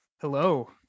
hello